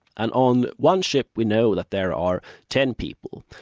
and on one ship we know that there are ten people,